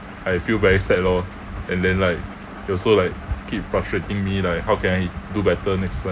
I feel very sad lor and then like it also like keep frustrating me like how can I do better next time